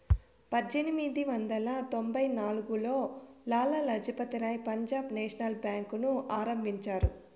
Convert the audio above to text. పజ్జేనిమిది వందల తొంభై నాల్గులో లాల లజపతి రాయ్ పంజాబ్ నేషనల్ బేంకుని ఆరంభించారు